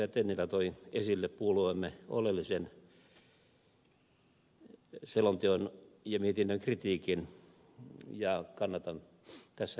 tennilä toi esille puolueemme oleellisen selonteon ja mietinnön kritiikin ja kannatan tässä ed